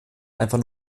einfach